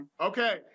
Okay